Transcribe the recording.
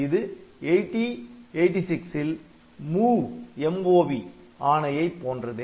இது 8086ல் MOV ஆணையை போன்றதே